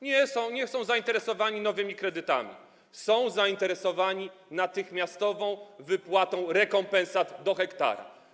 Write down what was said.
Nie są zainteresowani nowymi kredytami, są zainteresowani natychmiastową wypłatą rekompensat do hektara.